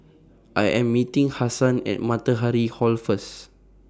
I Am meeting Hasan At Matahari Hall First